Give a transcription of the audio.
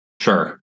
Sure